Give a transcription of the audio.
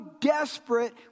desperate